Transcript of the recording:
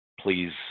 Please